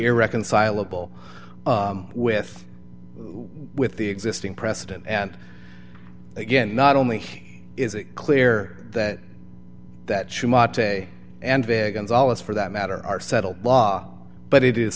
irreconcilable with with the existing precedent and again not only is it clear that that day and vegans always for that matter are settled law but it is